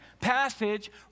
passage